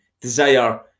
desire